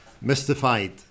mystified